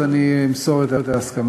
אז אני אמסור את ההסכמה.